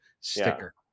sticker